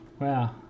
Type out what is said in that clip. Wow